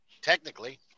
Technically